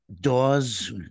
doors